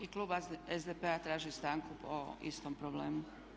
I klub SDP-a traži stanku po istom problemu.